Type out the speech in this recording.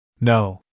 No